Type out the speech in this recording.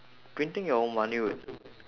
printing your own money would